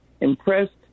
impressed